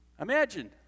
Imagine